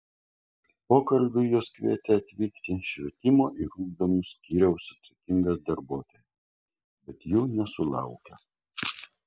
pokalbiui jos kvietė atvykti švietimo ir ugdymo skyriaus atsakingus darbuotojus bet jų nesulaukė